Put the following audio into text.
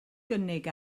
gynnig